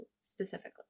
specifically